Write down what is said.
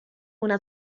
una